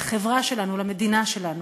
לחברה שלנו, למדינה שלנו.